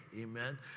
Amen